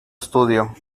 estudio